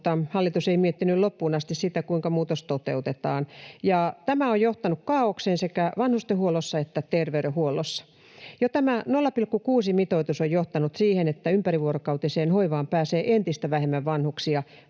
mutta hallitus ei miettinyt loppuun asti sitä, kuinka muutos toteutetaan, ja tämä on johtanut kaaokseen sekä vanhustenhuollossa että terveydenhuollossa. Tämä 0,6:n mitoitus on johtanut siihen, että ympärivuorokautiseen hoivaan pääsee entistä vähemmän vanhuksia,